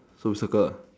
so circle